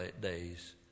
days